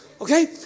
Okay